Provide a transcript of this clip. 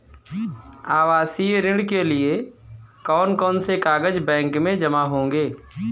आवासीय ऋण के लिए कौन कौन से कागज बैंक में जमा होंगे?